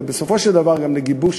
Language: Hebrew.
ובסופו של דבר גם לגיבוש